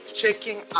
checking